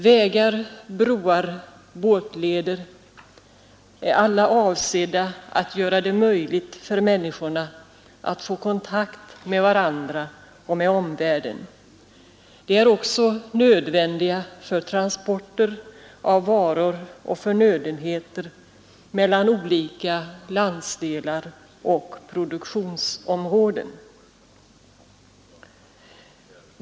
Vägar, broar och båtleder är alla avsedda att göra det möjligt för människorna att få kontakt med varandra och med omvärlden. De är också nödvändiga för transporter av varor och förnödenheter mellan olika landsändar och produktionsområden.